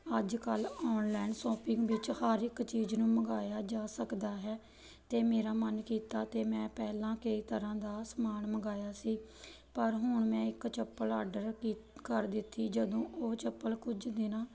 ਅੱਜ ਕੱਲ online shopping ਵਿੱਚ ਹਰ ਇੱਕ ਚੀਜ਼ ਨੂੰ ਮੰਗਵਾਇਆ ਜਾ ਸਕਦਾ ਹੈ ਤਾਂ ਮੇਰਾ ਮਨ ਕੀਤਾ ਅਤੇ ਮੈਂ ਪਹਿਲਾਂ ਕਈ ਤਰ੍ਹਾਂ ਦਾ ਸਮਾਨ ਮੰਗਵਾਇਆ ਸੀ ਪਰ ਹੁਣ ਮੈਂ ਇੱਕ ਚੱਪਲ ਆਡਰ ਕੀਤ ਕਰ ਦਿੱਤੀ ਜਦੋਂ ਉਹ ਚੱਪਲ ਕੁਝ ਦਿਨ